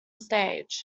stage